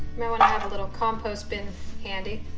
what i have a little compost bin handy,